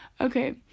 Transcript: Okay